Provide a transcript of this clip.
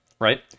right